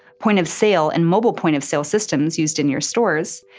point of sale and mobile point of sale systems used in your stores,